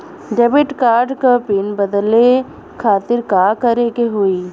Debit card क pin बदले खातिर का करेके होई?